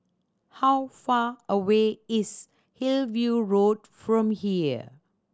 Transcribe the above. how far away is Hillview Road from here